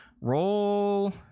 Roll